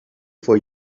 for